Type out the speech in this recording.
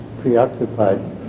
preoccupied